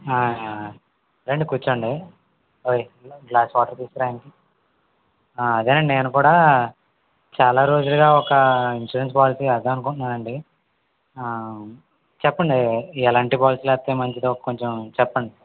రండి కూర్చోండి ఓయ్ వెళ్ళొక గ్లాస్ వాటర్ తీసుకురా ఆయనకి అదే అండి నేను కూడా చాలా రోజులుగా ఒక ఇన్సూరెన్స్ పాలసీ వేద్దామనుకుంటున్నానండి చెప్పండి ఎలాంటి పాలసీలు వేస్తే మంచిదో కొంచెం చెప్పండి